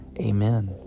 amen